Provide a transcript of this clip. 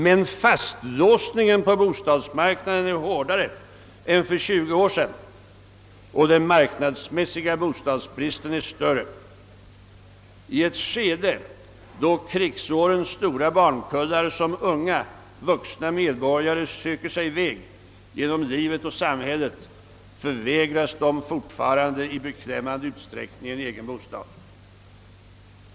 Men fastlåsningen på bostadsmarknaden är hårdare än för tjugo år sedan och den marknadsmässiga bostadsbristen är större. I ett skede då krigsårens stora barnkullar som unga vuxna medborgare söker sig väg genom livet och samhället förvägras de fortfarande i beklämmande utsträckning en egen bostad.